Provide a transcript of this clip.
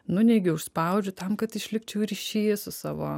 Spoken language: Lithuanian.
nuneigiu užspaudžiu tam kad išlikčiau ryšį su savo